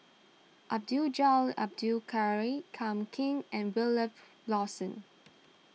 Abdul Jalil Abdul Kadir Kam King and Wilfed Lawson